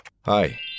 Hi